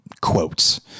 quotes